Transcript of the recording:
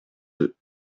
deux